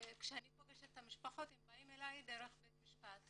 כשאני פוגשת את המשפחות הם באים אליי דרך בית המשפט